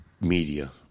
media